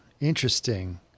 interesting